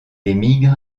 émigre